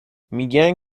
میگن